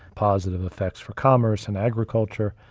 positive effects for commerce and agriculture,